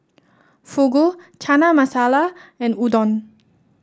Fugu Chana Masala and Udon